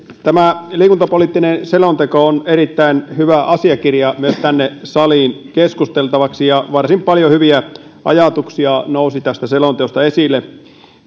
tämä liikuntapoliittinen selonteko on erittäin hyvä asiakirja myös tänne saliin keskusteltavaksi ja varsin paljon hyviä ajatuksia nousi selonteosta esille